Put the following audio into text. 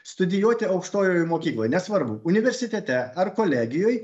studijuoti aukštojoj mokykloj nesvarbu universitete ar kolegijoj